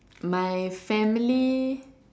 my family